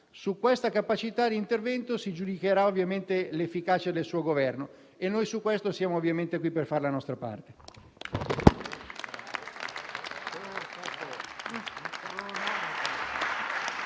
Su questa capacità di intervento si giudicherà l'efficacia del suo Governo e noi su questo siamo ovviamente qui per fare la nostra parte.